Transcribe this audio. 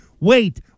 Wait